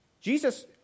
Jesus